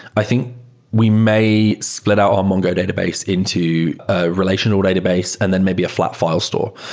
i think we may split out our mongo database into a relational database and then maybe a flat file store.